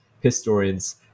historians